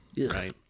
right